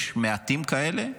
יש מעטים כאלה,